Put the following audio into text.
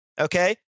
okay